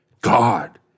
God